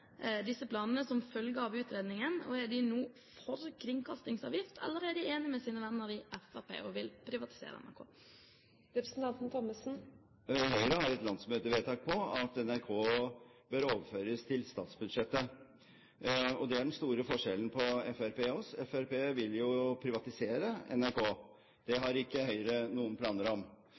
venner i Fremskrittspartiet og vil privatisere NRK? Høyre har et landsmøtevedtak på at NRK bør overføres til statsbudsjettet. Det er den store forskjellen på Fremskrittspartiet og oss. Fremskrittspartiet vil jo privatisere NRK. Det har ikke Høyre noen planer om.